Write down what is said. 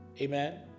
Amen